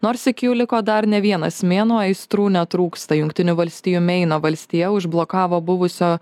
nors iki jų liko dar ne vienas mėnuo aistrų netrūksta jungtinių valstijų meino valstija užblokavo buvusio